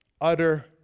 utter